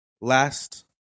last